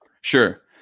Sure